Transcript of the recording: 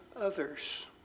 others